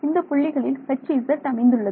இந்தப் புள்ளிகளில் Hz அமைந்துள்ளது